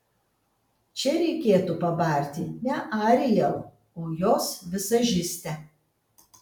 čia reikėtų pabarti ne ariel o jos vizažistę